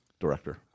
director